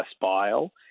bile